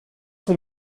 sont